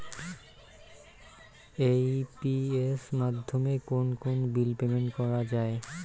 AEPS মাধ্যমে কোন কোন বিল পেমেন্ট করা যায়?